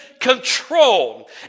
control